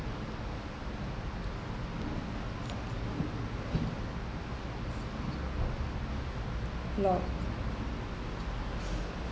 floss